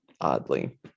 oddly